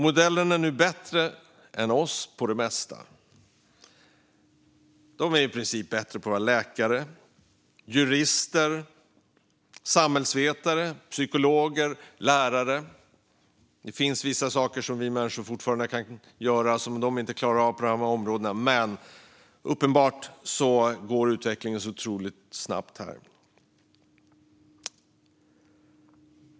Modellerna är nu bättre än oss på det mesta: att vara läkare, jurister, samhällsvetare, psykologer och lärare. Visst finns det sådant som vi människor fortfarande är bättre på, men utvecklingen går otroligt snabbt.